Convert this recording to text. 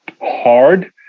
hard